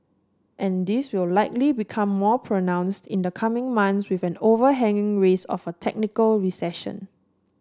and this will likely become more pronounced in the coming months with an overhang risk of a technical recession